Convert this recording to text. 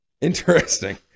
Interesting